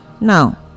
Now